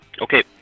okay